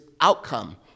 outcome